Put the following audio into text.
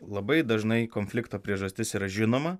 labai dažnai konflikto priežastis yra žinoma